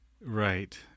Right